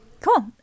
Cool